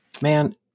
Man